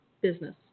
business